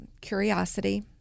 curiosity